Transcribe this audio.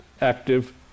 active